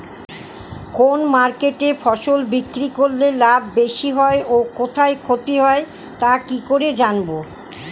কোন মার্কেটে ফসল বিক্রি করলে লাভ বেশি হয় ও কোথায় ক্ষতি হয় তা কি করে জানবো?